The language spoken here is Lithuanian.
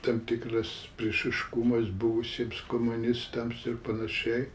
tam tikras priešiškumas buvusiems komunistams ir panašiai